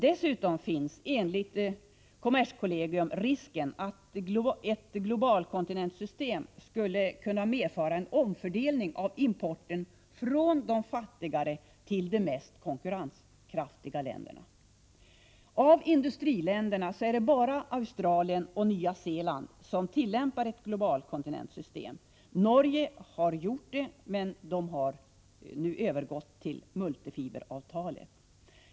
Dessutom finns enligt kommerskollegium risken att ett globalkontingentsystem skulle kunna medföra en omfördelning av importen från de fattigare till de mest konkurrenskraftiga länderna. Avindustriländerna är det bara Australien och Nya Zeeland som tillämpar ett globalkontingentsystem. Norge har gjort det men har nu gått över till multifiberavtalet.